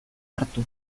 hartu